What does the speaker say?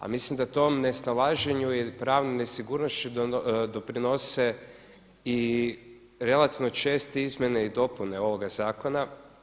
A mislim da u tom nesnalaženju ili pravnoj nesigurnošću doprinose i relativno česte izmjene i dopune ovoga zakona.